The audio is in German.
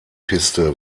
piste